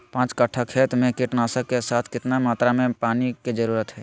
पांच कट्ठा खेत में कीटनाशक के साथ कितना मात्रा में पानी के जरूरत है?